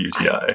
UTI